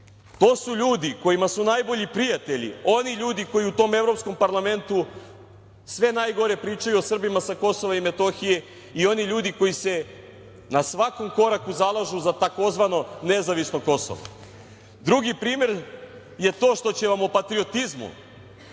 To su ljudi kojima su najbolji prijatelji oni ljudi koji u tom Evropskom parlamentu sve najgore pričaju o Srbima sa KiM i oni ljudi koji se na svakom koraku zalažu za tzv. nezavisno Kosovo. Drugi primer je to što će vam o patriotizmu